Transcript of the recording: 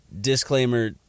Disclaimer